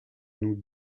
nous